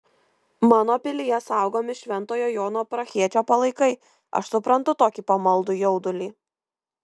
mano pilyje saugomi šventojo jano prahiečio palaikai aš suprantu tokį pamaldų jaudulį